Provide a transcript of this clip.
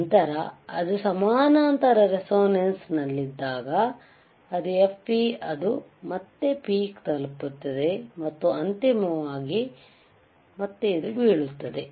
ನಂತರ ಅದು ಸಮಾನಾಂತರ ರೇಸೋನೆನ್ಸ್ ನಲ್ಲಿದ್ದಾಗ ಅದು fp ಅದು ಮತ್ತೆ ಪೀಕ್ ತಲುಪುತ್ತದೆ ಮತ್ತು ಅಂತಿಮವಾಗಿ ಮತ್ತೆ ಇದು ಬೀಳುತ್ತದೆ